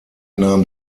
nahm